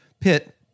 pit